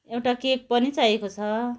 एउटा केक पनि चाहिएको छ